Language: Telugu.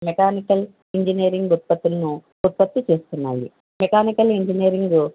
మెకానికల్ ఇంజనీరింగ్ ఉత్పత్తులను ఉత్పత్తి చేస్తున్నాయి మెకానికల్ ఇంజనీరింగ్